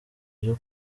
byo